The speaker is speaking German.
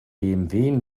bmw